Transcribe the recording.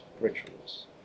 rituals